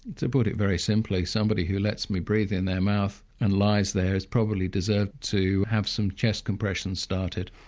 to put it very simply, somebody who lets me breathe in their mouth and lies there, probably deserves to have some chest compressions started.